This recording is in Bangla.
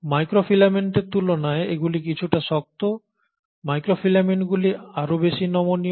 মাইক্রোফিলামেন্টের তুলনায় এগুলি কিছুটা শক্ত মাইক্রোফিলামেন্টগুলি আরও বেশি নমনীয়